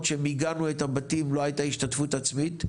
כשמיגנו את הבתים לא הייתה השתתפות עצמית,